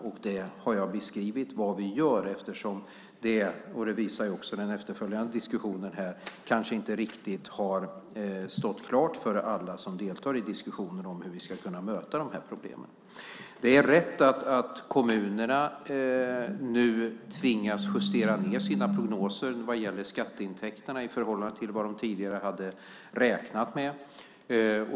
Jag har beskrivit vad vi gör, eftersom det - det visar också den efterföljande diskussionen här - kanske inte riktigt har stått klart för alla som deltar i diskussionen om hur vi ska kunna möta de här problemen. Det är riktigt att kommunerna nu tvingas justera ned sina prognoser vad gäller skatteintäkterna i förhållande till vad man tidigare hade räknat med.